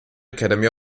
academy